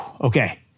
okay